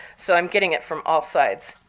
so i'm getting it from all sides,